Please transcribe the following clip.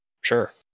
Sure